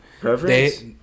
preference